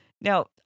Now